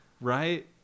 Right